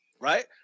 right